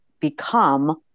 become